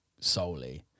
solely